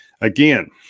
Again